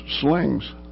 slings